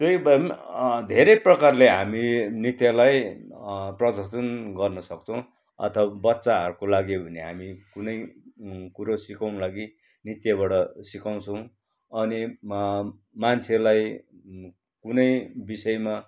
त्यही भए पनि धेरै प्रकारले हामी नृत्यलाई प्रदर्शन गर्न सक्छौँ अथवा बच्चाहरूको लागि हो भने हामी कुनै कुरो सिकाउनुको लागि नृत्यबाट सिकाउँछौँ अनि मान्छेलाई कुनै विषयमा